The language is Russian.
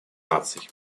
наций